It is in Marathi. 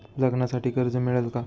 लग्नासाठी कर्ज मिळेल का?